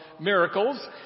miracles